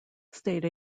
state